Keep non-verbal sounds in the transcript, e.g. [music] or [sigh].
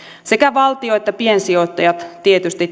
sekä valtio että piensijoittajat tietysti [unintelligible]